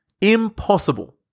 Impossible